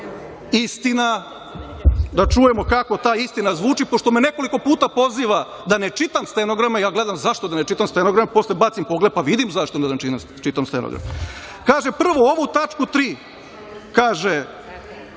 istina. Da čujemo kako ta istina zvuči, pošto me nekoliko puta poziva da ne čitam stenograme. Ja gledam, zašto da ne čitam stenogram, bacim pogled pa vidim, zašto da ne čitam stenograme. Kaže, prvo ovu tačku 3. ne